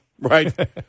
right